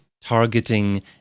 targeting